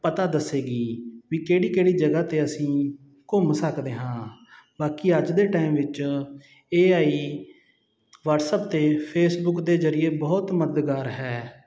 ਪਤਾ ਦੱਸੇਗੀ ਵੀ ਕਿਹੜੀ ਕਿਹੜੀ ਜਗ੍ਹਾ ਤੇ ਅਸੀਂ ਘੁੰਮ ਸਕਦੇ ਹਾਂ ਬਾਕੀ ਅੱਜ ਦੇ ਟਾਈਮ ਵਿੱਚ ਏ ਆਈ ਵਟਸਅਪ ਤੇ ਫੇਸਬੁਕ ਦੇ ਜਰੀਏ ਬਹੁਤ ਮਦਦਗਾਰ ਹੈ